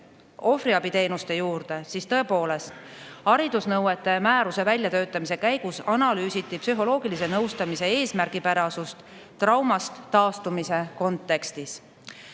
ohvriabiteenuste juurde, siis tõepoolest, haridusnõuete määruse väljatöötamise käigus analüüsiti psühholoogilise nõustamise eesmärgipärasust traumast taastumise kontekstis.